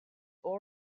all